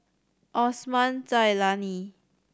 Osman Zailani